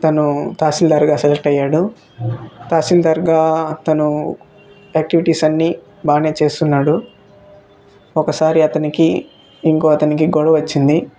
తాసిల్దారిగా select అయ్యాడు తాసిల్దారిగా తను ఆక్టివిటీస్ అన్నీ బాగానే చేస్తున్నాడు ఒకసారి అతనికి ఇంకో అతనికి గొడవ వచ్చింది